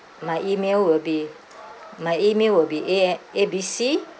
my email will be my email will be A A B C